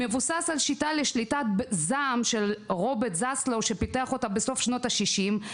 מבוסס על שיטה לשליטה בזעם של רוברט זסלו שפיתח אותה בסוף שנות השישים.